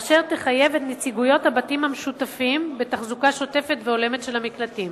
אשר תחייב את נציגויות הבתים המשותפים בתחזוקה שוטפת והולמת של המקלטים.